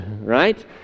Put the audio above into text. right